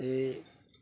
ਅਤੇ